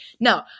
No